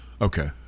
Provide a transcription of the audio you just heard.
Okay